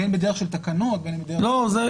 בין אם בדרך של תקנות ובין אם בדרך אחרת -- זה בוודאי.